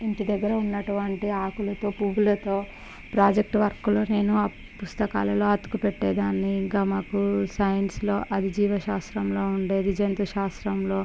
ఇంటిదగ్గర ఉన్నటువంటి ఆకులతో పూలతో ప్రాజెక్ట్ వర్క్లు నేను పుస్తకాలలో అతుకు పెట్టెదాన్నిఇంకా మాకు సైన్సులో అది జీవశాస్త్రంలో ఉండేది జంతుశాస్త్రంలో